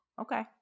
okay